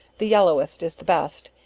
the yellowest is the best,